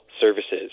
services